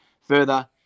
further